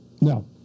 No